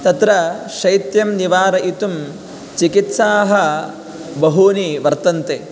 तत्र शैत्यं निवारयितुं चिकित्साः बहूनि वर्तन्ते